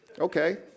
Okay